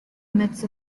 midst